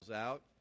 out